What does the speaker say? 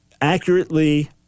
accurately